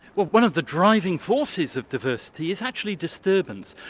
well one of the driving forces of diversity is actually disturbance.